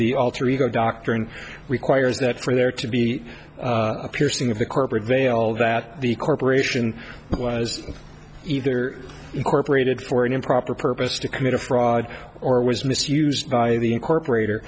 the alter ego doctrine requires that for there to be a piercing of the corporate veil that the corporation was either incorporated for an improper purpose to commit a fraud or was misused by the incorporate